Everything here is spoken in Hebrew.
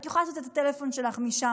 את יכולה לעשות את הטלפון שלך משם,